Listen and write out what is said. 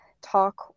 talk